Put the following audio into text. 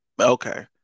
Okay